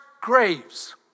graves